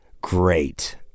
great